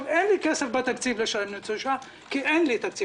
אין לי כסף בתקציב לשלם לניצולי שואה כי אין לי תקציב.